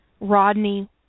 Rodney